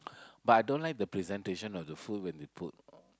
but I don't like the presentation of the food when they put